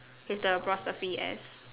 with the apostrophe S